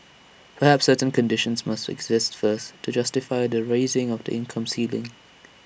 perhaps certain conditions must exist first to justify the raising of income ceiling